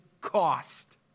cost